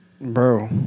Bro